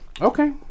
Okay